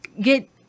get